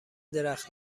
درخت